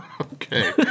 Okay